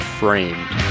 framed